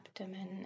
abdomen